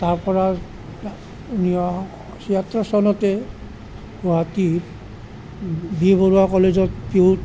তাৰ পৰা ঊনৈছশ ছয়সত্তৰ চনতেই গুৱাহাটীত বি বৰুৱা কলেজত পি ইউত